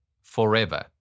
forever